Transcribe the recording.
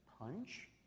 punch